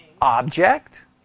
object